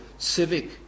civic